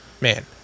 Man